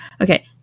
okay